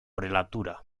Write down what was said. prelatura